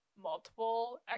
multiple